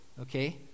Okay